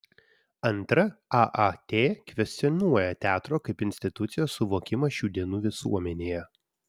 antra aat kvestionuoja teatro kaip institucijos suvokimą šių dienų visuomenėje